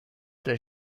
der